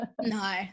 No